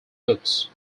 books